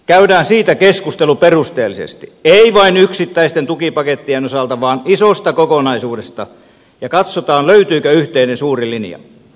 käydään siitä keskustelu perusteellisesti ei vain yksittäisten tukipakettien osalta vaan isosta kokonaisuudesta ja katsotaan löytyykö yhteinen suuri linja